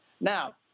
Now